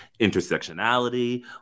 intersectionality